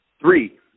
Three